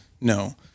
No